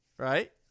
Right